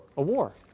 a war.